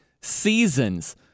seasons